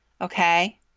Okay